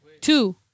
two